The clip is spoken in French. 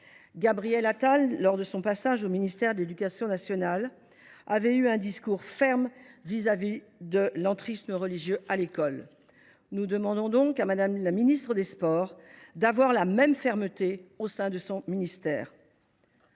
Gabriel Attal, lors de son passage au ministère de l’éducation nationale, avait tenu un discours ferme vis à vis de l’entrisme religieux à l’école. Nous demandons à Mme la ministre des sports de faire preuve de la même fermeté au sein de son ministère.